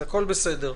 אז הכול בסדר.